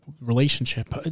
relationship